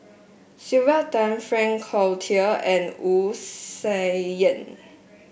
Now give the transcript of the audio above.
Sylvia Tan Frank Cloutier and Wu Tsai Yen